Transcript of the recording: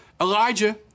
Elijah